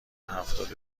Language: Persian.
هفتاد